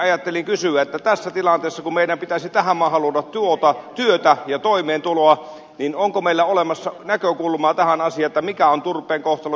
ajattelin kysyä että tässä tilanteessa kun meidän pitäisi tähän maahan luoda työtä ja toimeentuloa niin onko meillä olemassa näkökulmaa tähän asiaan mikä on turpeen kohtalo jatkossa